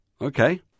Okay